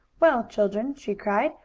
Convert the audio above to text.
well, children! she cried.